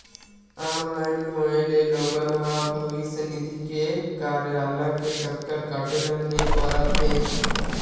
online होए ले लोगन ल अब भविस्य निधि के कारयालय के चक्कर काटे ल नइ परत हे